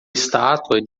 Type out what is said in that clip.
estátua